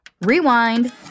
Rewind